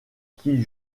qui